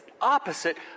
opposite